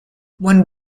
when